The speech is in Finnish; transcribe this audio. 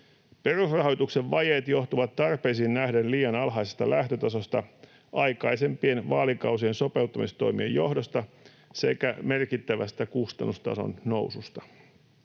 Perusrahoituksen vajeet johtuvat tarpeisiin nähden liian alhaisesta lähtötasosta, aikaisempien vaalikausien sopeuttamistoimista sekä merkittävästä kustannustason noususta.